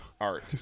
Art